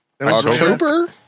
October